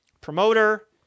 promoter